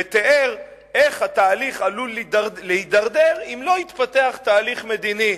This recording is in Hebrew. ותיאר איך התהליך עלול להידרדר אם לא יתפתח תהליך מדיני.